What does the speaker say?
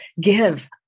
give